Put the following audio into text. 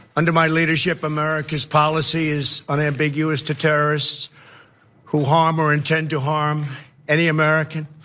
under my leadership, america's policy is unambiguous to terrorists who harm or intend to harm any american.